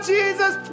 Jesus